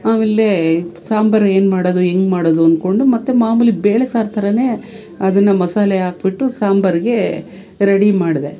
ಆಮೇಲೆ ಸಾಂಬಾರು ಏನು ಮಾಡೋದು ಹೆಂಗ್ ಮಾಡೋದು ಅನ್ಕೊಂಡು ಮತ್ತು ಮಾಮುಲಿ ಬೇಳೆಸಾರು ಥರ ಅದನ್ನು ಮಸಾಲೆ ಹಾಕ್ಬಿಟ್ಟು ಸಾಂಬಾರಿಗೇ ರೆಡಿ ಮಾಡಿದೆ